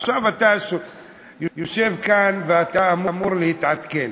עכשיו אתה יושב כאן ואתה אמור להתעדכן.